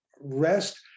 rest